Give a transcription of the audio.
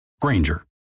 Granger